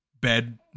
bed